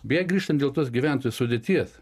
beje grįštant dėl tos gyventojų sudėties